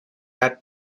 had